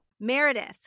Meredith